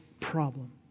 problem